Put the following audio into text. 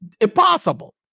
impossible